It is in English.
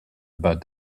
about